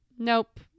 nope